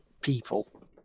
people